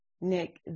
nick